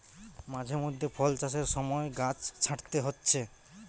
মাঝে মধ্যে ফল চাষের সময় গাছ ছাঁটতে হচ্ছে